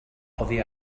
oddi